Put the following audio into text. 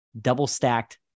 double-stacked